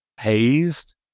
hazed